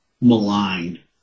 maligned